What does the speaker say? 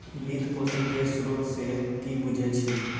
वित्त पोषण केर स्रोत सँ कि बुझै छी